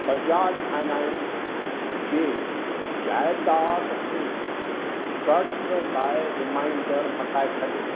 Bajaj finance जे जाइदादु ते क़र्ज़ु लाइ रिमाइंडर हटाए छॾियो